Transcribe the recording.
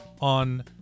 On